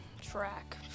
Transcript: Track